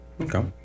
Okay